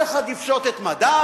כל אחד יפשוט את מדיו,